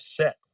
set